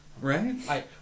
Right